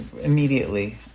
immediately